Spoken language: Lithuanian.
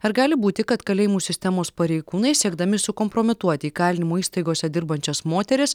ar gali būti kad kalėjimų sistemos pareigūnai siekdami sukompromituoti įkalinimo įstaigose dirbančias moteris